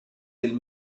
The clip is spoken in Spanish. del